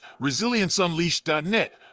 ResilienceUnleashed.net